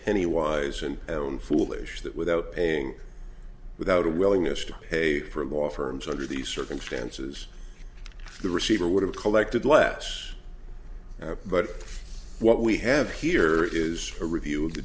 penny wise and pound foolish that without paying without a willingness to pay for law firms under these circumstances the receiver would have collected less but what we have here is a review